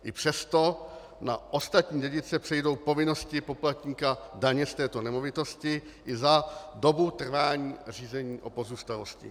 I přesto na ostatní dědice přejdou povinnosti poplatníka daně z této nemovitosti i za dobu trvání řízení o pozůstalosti.